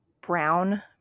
brown